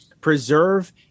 preserve